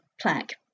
plaque